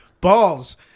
balls